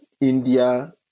India